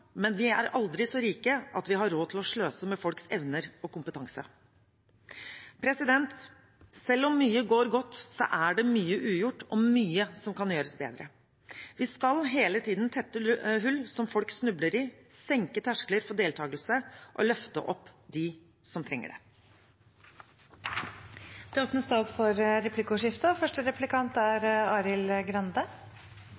men vi er aldri så rike at vi har råd til å sløse med folks evner og kompetanse. Selv om mye går godt, er det mye ugjort og mye som kan gjøres bedre. Vi skal hele tiden tette hull som folk snubler i, senke terskler for deltakelse og løfte opp dem som trenger det. Det blir replikkordskifte. Det er et uttrykk som sier: Vis meg dine venner, og jeg skal si deg hvem du er.